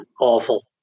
awful